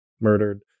murdered